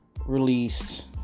Released